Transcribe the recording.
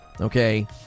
okay